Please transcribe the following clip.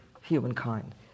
humankind